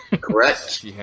Correct